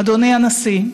אדוני הנשיא,